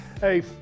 Hey